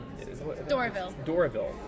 Doraville